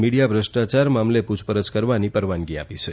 media ભ્રષ્ટાયાર મામલે પૂછપરછની પરવાની આપી છે